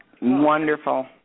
Wonderful